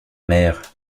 mère